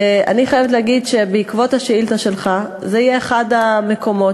אני חייבת להגיד שבעקבות השאילתה שלך זה יהיה אחד המקומות